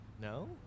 no